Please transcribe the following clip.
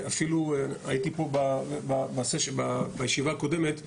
אפילו הייתי פה בישיבה הקודמת,